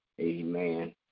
Amen